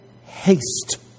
haste